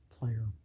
player